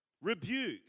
rebuke